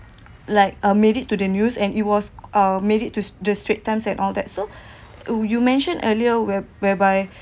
like uh made it to the news and it was uh made it to the straits times and all that so would you mention earlier where whereby